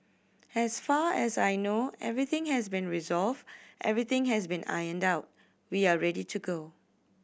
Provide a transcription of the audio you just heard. as far as I know everything has been resolved everything has been ironed out we are ready to go